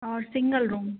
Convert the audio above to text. और single room